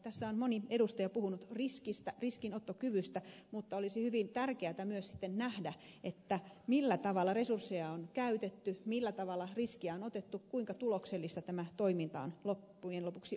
tässä on moni edustaja puhunut riskistä riskinottokyvystä mutta olisi hyvin tärkeätä myös sitten nähdä millä tavalla resursseja on käytetty millä tavalla riskiä on otettu kuinka tuloksellista tämä toiminta on loppujen lopuksi ollut